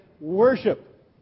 worship